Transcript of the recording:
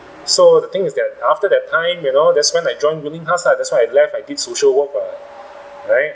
so the thing is that after that time you know that's when I joined union pass lah that's why I left I did social work [what] right